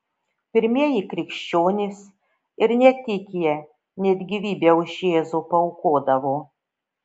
pirmieji krikščionys ir ne tik jie net gyvybę už jėzų paaukodavo